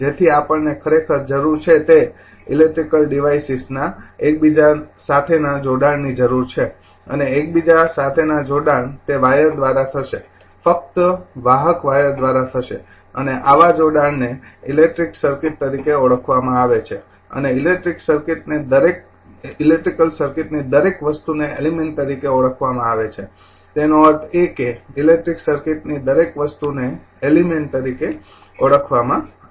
તેથી આપણને ખરેખર જરૂર છે તે ઇલેક્ટ્રિકલ ડિવાઇસીસના એકબીજા સાથેના જોડાણની જરૂર છે અને એકબીજા સાથેના જોડાણ તે વાયર દ્વારા થશે ફક્ત વાહક વાયર દ્વારા થશે અને આવા જોડાણને ઇલેક્ટ્રિક સર્કિટ તરીકે ઓળખવામાં આવે છે અને ઇલેક્ટ્રિક સર્કિટની દરેક વસ્તુને એલિમેંટ તરીકે ઓળખવામાં આવે છે તેનો અર્થ એ કે ઇલેક્ટ્રિક સર્કિટની દરેક વસ્તુને એલિમેંટ તરીકે ઓળખવામાં આવે છે